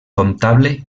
comptable